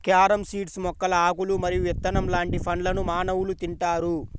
carom seeds మొక్కల ఆకులు మరియు విత్తనం లాంటి పండ్లను మానవులు తింటారు